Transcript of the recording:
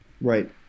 Right